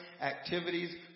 activities